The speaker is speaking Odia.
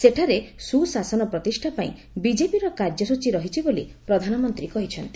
ସେଠାରେ ସୁ ଶାସନ ପ୍ରତିଷା ପାଇଁ ବିଜେପିର କାର୍ଯ୍ୟସୂଚୀ ରହିଛି ବୋଲି ପ୍ରଧାନମନ୍ତ୍ରୀ କହିଛନ୍ତି